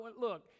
look